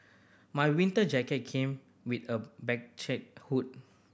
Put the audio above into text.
my winter jacket came with a hood